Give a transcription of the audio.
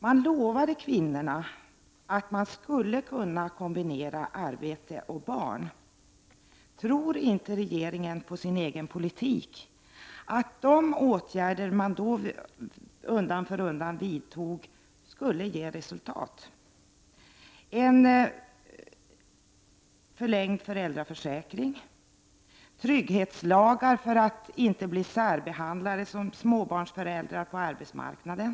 Man lovade kvinnorna att de skulle kunna kombinera arbete och barn. Tror inte regeringen på sin egen politik, att de åtgärder man då undan för undan vidtog skulle ge resultat? Man införde en förlängd föräldraförsäkring och trygghetslagar, för att inte småbarnsföräldrar skulle bli särbehandlade på arbetsmarknaden.